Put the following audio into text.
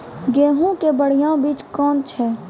गेहूँ के बढ़िया बीज कौन छ?